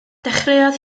dechreuodd